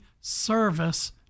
Service